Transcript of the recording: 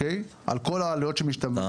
עם כל העלויות שמשתמעות מכך --- אתה